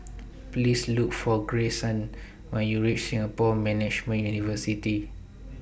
Please Look For Grayson when YOU REACH Singapore Management University